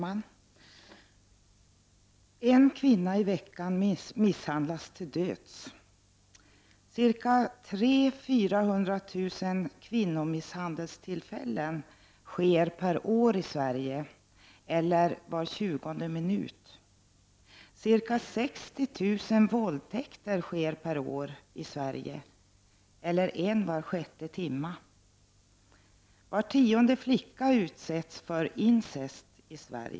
Herr talman! En kvinna misshandlas till döds varje vecka. 300 000 400 000 fall av kvinnomisshandel inträffar varje år i Sverige — det är ett var tjugonde minut! 60 000 våldtäkter genomförs varje år i Sverige, eller en var sjätte timme! Var tionde flicka i Sverige utsätts för incest!